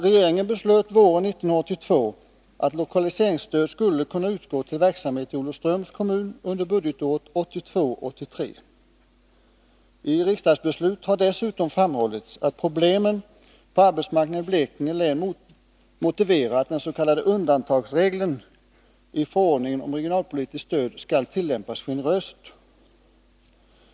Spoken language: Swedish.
Regeringen beslöt våren 1982 att lokaliseringsstöd skulle kunna utgå till verksamhet i Olofströms kommun under budgetåret 1982/83. I riksdagsbeslut har dessutom framhållits att problemen på arbetsmarknaden i Blekinge län motiverar att den s.k. undantagsregeln i förordningen om regionalpolitiskt stöd skall tillämpas generöst.